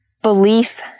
belief